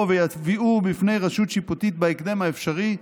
ויביאוהו בפני רשות שיפוטית בהקדם האפשרי,